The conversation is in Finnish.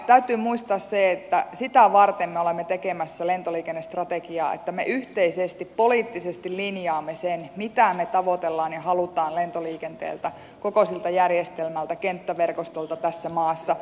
täytyy muistaa se että sitä varten me olemme tekemässä lentoliikennestrategiaa että me yhteisesti poliittisesti linjaamme sen mitä me tavoittelemme ja haluamme lentoliikenteeltä koko siltä järjestelmältä kenttäverkostolta tässä maassa